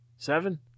Seven